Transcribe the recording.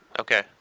Okay